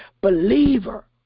believer